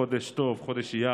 חודש טוב, חודש אייר,